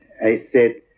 i said,